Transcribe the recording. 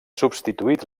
substituït